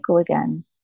again